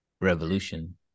revolution